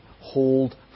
hold